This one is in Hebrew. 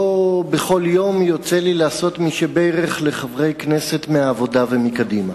לא בכל יום יוצא לי לעשות "מי שבירך" לחברי כנסת מהעבודה ומקדימה,